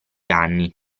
anni